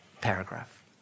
paragraph